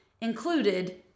included